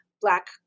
black